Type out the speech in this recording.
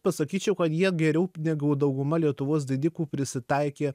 pasakyčiau kad jie geriau negu dauguma lietuvos didikų prisitaikė